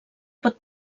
pot